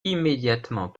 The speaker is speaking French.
immédiatement